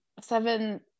seven